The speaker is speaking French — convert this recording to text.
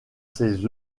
ses